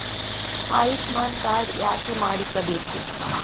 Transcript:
Ayushman card ಯಾಕೆ ಮಾಡಿಸಬೇಕು?